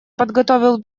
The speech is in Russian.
подготовил